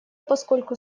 поскольку